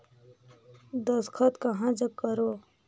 दस्खत कहा जग करो?